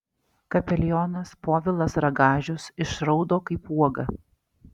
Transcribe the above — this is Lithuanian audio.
kapelionas povilas ragažius išraudo kaip uoga